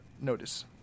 Notice